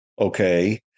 Okay